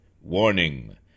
Warning